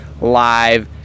live